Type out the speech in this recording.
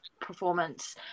performance